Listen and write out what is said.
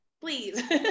please